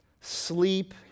sleep